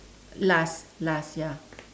last last ya